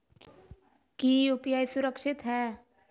की यू.पी.आई सुरक्षित है?